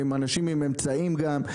הם אנשים עם אמצעים גם,